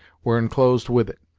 were enclosed with it,